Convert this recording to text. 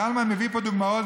קלמן מביא פה דוגמאות,